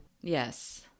Yes